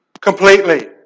Completely